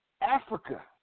Africa